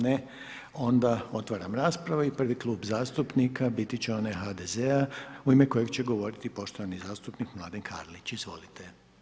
Ne, onda otvaram raspravu i prvi Klub zastupnika biti će onaj HDZ-a, u ime kojeg će govoriti poštovani zastupnik Mladen Karlić, izvolite.